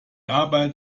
arbeit